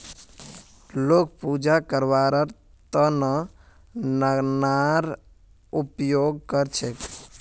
लोग पूजा करवार त न गननार उपयोग कर छेक